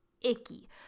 icky